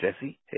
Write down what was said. Jesse